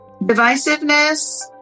Divisiveness